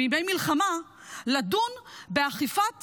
בימי מלחמה לדון באכיפת